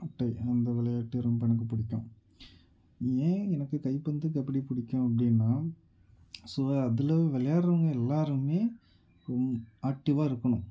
அந்த விளையாட்டு ரொம்ப எனக்கு பிடிக்கும் ஏன் எனக்கு கைப்பந்து கபடி பிடிக்கும் அப்படினா ஸோ அதில் விளையாடுறவங்க எல்லாருமே ரொம்ப ஆக்ட்டிவாக இருக்கணும்